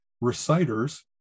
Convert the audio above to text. reciters